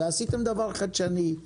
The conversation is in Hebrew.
ועשיתם דבר חדשני,